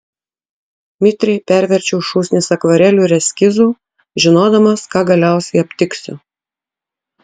mitriai perverčiau šūsnis akvarelių ir eskizų žinodamas ką galiausiai aptiksiu